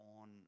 on